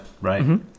right